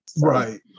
right